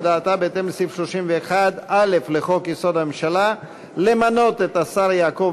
והודעתה בהתאם לסעיף 31(א) לחוק-יסוד: הממשלה למנות את השר יעקב